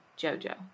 Jojo